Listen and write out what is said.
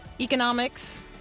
economics